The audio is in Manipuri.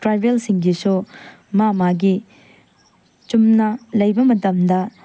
ꯇ꯭ꯔꯥꯏꯕꯦꯜꯁꯤꯡꯒꯤꯁꯨ ꯃꯥ ꯃꯥꯒꯤ ꯆꯨꯝꯅ ꯂꯩꯕ ꯃꯇꯝꯗ